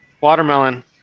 watermelon